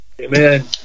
Amen